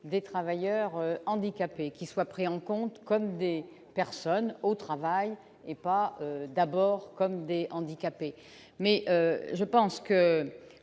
des travailleurs handicapés qui soient pris en compte comme des personnes au travail n'est pas d'abord comme des handicapés, mais je pense que,